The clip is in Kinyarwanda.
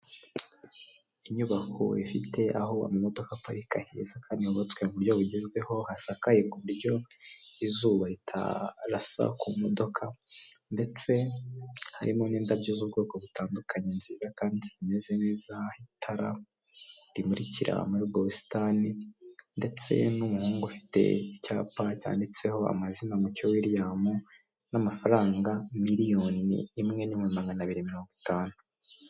Inyubako ifite aho amamodoka parika heza kandi hubatswe mu buryo bugezweho hasakaye ku buryo izuba ritarasa ku modoka, ndetse harimo n'indabyo z'ubwoko butandukanye nziza kandi zimeze neza, itara rimurikira muri ubwo busitani ndetse n'umuhungu ufite icyapa cyanditseho amazina Mucyo Wiliyamu, n'amafaranga miliyoni imwe n'ibihumbi magana abiri mirongo itanu.